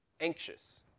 Anxious